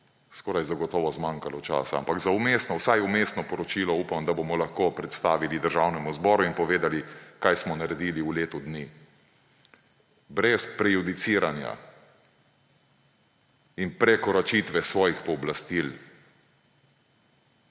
skorajda zagotovo zmanjkalo časa, ampak za vsaj vmesno poročilo upam, da bomo lahko predstavili Državnemu zboru in povedali, kaj smo naredili v letu dni. Brez prejudiciranja in prekoračitve svojih pooblastil.